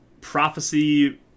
prophecy